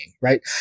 right